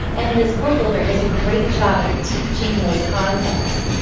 and this code builder does a great job of teaching those concepts.